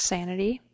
Sanity